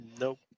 Nope